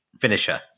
finisher